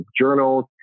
journals